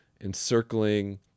encircling